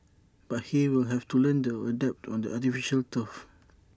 but he will have to learn to adapt to the artificial turf